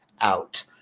out